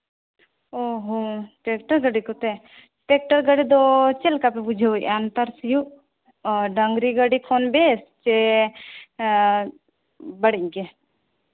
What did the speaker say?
ᱚ ᱦᱚᱸ ᱴᱮᱠᱴᱟᱨ ᱜᱟᱹᱰᱤ ᱠᱚᱛᱮ ᱴᱮᱠᱴᱟᱨ ᱜᱟᱹᱰᱤ ᱫᱚ ᱪᱮᱫ ᱞᱮᱠᱟ ᱯᱮ ᱵᱩᱡᱷᱟᱹᱣᱮᱫᱼᱟ ᱱᱮᱛᱟᱨ ᱥᱤᱭᱳᱜ ᱚ ᱰᱟᱹᱝᱨᱤ ᱜᱟᱹᱰᱤ ᱠᱷᱚᱱ ᱵᱮᱥ ᱥᱮ ᱵᱟᱹᱲᱤᱡ ᱜᱮ